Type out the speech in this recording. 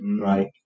right